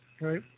right